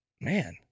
man